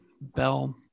bell